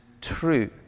true